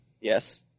Yes